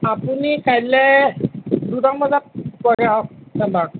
আপুনি কাইলৈ দুটামান বজাত পোৱাকৈ আহক চেণ্টাৰত